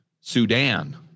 Sudan